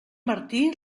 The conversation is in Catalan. martí